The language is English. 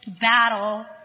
battle